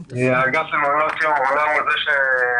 האגף למעונות יום הוא אמנם זה שמרכז